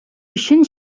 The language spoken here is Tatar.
көчен